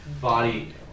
body